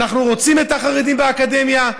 אנחנו רוצים את החרדים באקדמיה,